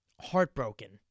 heartbroken